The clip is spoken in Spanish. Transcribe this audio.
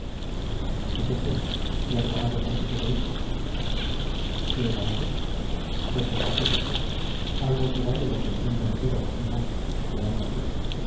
y qué tienes qué has ganado con tus heroísmos qué he ganado pues te parece poco algo que vale lo que el mundo entero y más te gano a ti